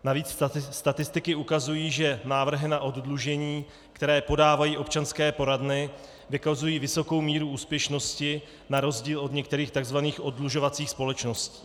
Navíc statistiky ukazují, že návrhy na oddlužení, které podávají občanské poradny, vykazují vysokou míru úspěšnosti na rozdíl od některých tzv. oddlužovacích společností.